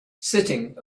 sitting